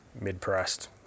mid-priced